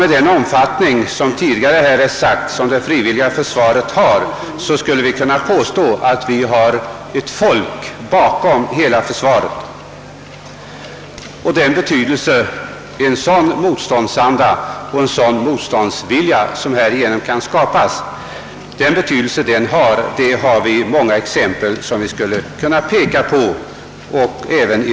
Med den omfattning som det frivilliga försvarsarbetet har kan vi påstå att hela folket står bakom vårt lands försvar. Från det senaste kriget har vi många exempel som belyser betydelsen av en sådan nationell motståndsanda och motståndsvilja.